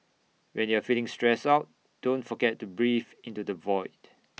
when you are feeling stressed out don't forget to breathe into the void